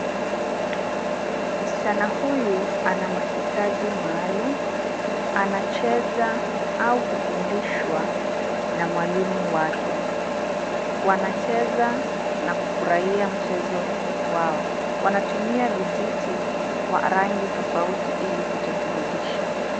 Msichana huyu ana mahitaji maalum. Anacheza au kufundishwa na mwalimu wake. Wanacheza na kufurahia mchezo wao. Wanatumia vijiti wa rangi tofauti ili kujiburudisha.